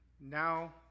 now